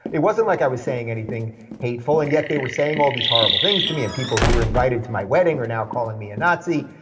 it wasn't like i was saying anything hateful, and yet they were saying all these horrible things to me, and people who were invited to my wedding were now calling me a and nazi,